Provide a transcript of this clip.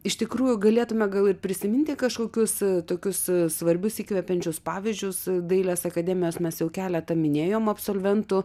iš tikrųjų galėtume gal ir prisiminti kažkokius tokius svarbius įkvepiančius pavyzdžius dailės akademijos mes jau keletą minėjom absolventų